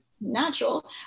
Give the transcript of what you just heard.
natural